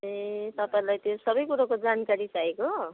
ए तपाईँ लाई त्यो सबै कुरोको जानकारी चाहिएको